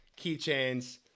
keychains